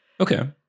Okay